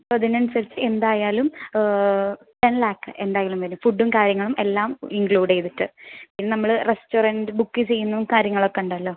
അപ്പോൾ അതിനനുസരിച്ചു എന്തായാലും ടെൻ ലാക്ക് എന്തായാലും വരും ഫുഡും കാര്യങ്ങളുമെല്ലാം ഇൻക്ലൂഡ് ചെയ്തിട്ട് പിന്നെ നമ്മൾ റെസ്റ്റോറൻറ് ബുക്ക് ചെയ്യുന്നതും കാര്യങ്ങളൊക്കെയുണ്ടല്ലോ